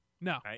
No